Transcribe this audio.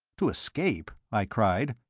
to escape? i cried.